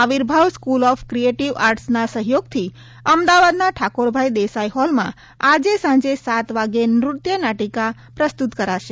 Avirbhav school of creative આર્ટ્સના સહયોગથી અમદાવાદના ઠાકોરભાઈ દેસાઈ હોલમાં આજે સાંજે સાત વાગે નૃત્યનાટિકા પ્રસ્તુત કરાશે